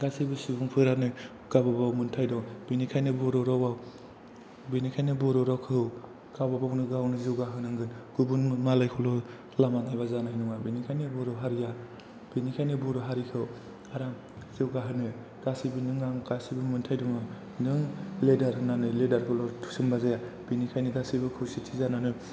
गासिबो सुबुंफोरानो गावबागाव मोन्थाइ दं बेनिखायनो बर' रावाव बेनिखायनो बर' रावखौ गावबागावनो जौगाहोनांगोन गुबुन मालायखौल' लामा नायबा जानाय नङा बेनिखायनो बर' हारिया बेनिखायनो बर' हारिखौ रां जौगाहोनो गासैबो नों आं गासैबो मोन्थाइ दङ नों लिदार होननानै लिदार खौल' थुसोमबा जाया बिनिखायनो गासैबो खौसेथि जानानै